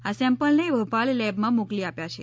આ સેમ્પલને ભોપાલ લેબમાં મોકલી આપ્યાં છે